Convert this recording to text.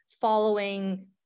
following